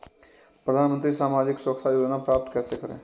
प्रधानमंत्री सामाजिक सुरक्षा योजना प्राप्त कैसे करें?